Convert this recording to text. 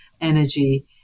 energy